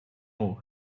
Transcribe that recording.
eau